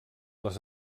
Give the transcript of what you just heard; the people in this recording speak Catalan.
les